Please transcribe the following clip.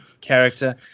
character